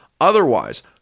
otherwise